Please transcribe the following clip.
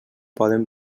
poden